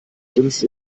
grinst